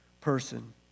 person